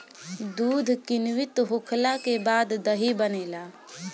दूध किण्वित होखला के बाद दही बनेला